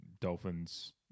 Dolphins